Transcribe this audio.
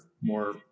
more